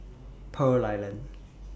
Pearl Island